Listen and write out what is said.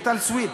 רויטל סויד,